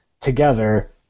together